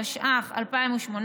התשע"ח 2018,